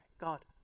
God